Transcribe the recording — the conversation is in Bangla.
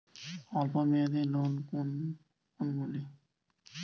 অল্প মেয়াদি লোন কোন কোনগুলি?